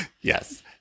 yes